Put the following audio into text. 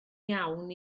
iawn